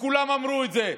כולם אמרו את זה.